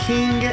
King